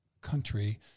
country